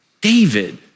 David